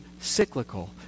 cyclical